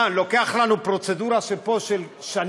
מה, לוקח לנו פה פרוצדורה של שנים?